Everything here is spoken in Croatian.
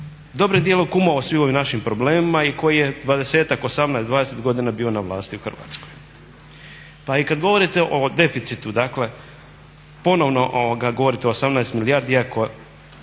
dobrim djelom kumovao svim ovim našim problemima i koji je dvadesetak, osamnaest, dvadeset godina bio na vlasti u Hrvatskoj. Pa i kad govorite o deficitu, dakle ponovno govorite o 18 milijardi iako